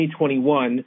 2021